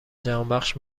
جهانبخش